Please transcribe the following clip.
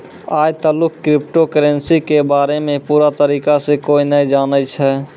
आय तलुक crypto currency के बारे मे पूरा तरीका से कोय नै जानै छै